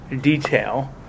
detail